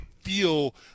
feel